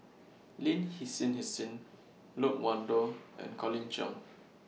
Lin Hsin Hsin Loke Wan Tho and Colin Cheong